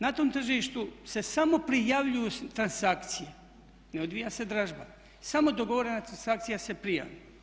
Na tom tržištu se samo prijavljuju transakcije, ne odvija se dražba, samo dogovorena transakcija se prijavi.